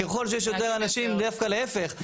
ככל שיש יותר אנשים דווקא להיפך,